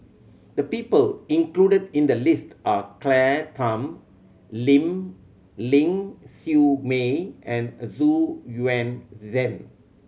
the people included in the list are Claire Tham Ling Ling Siew May and Xu Yuan Zhen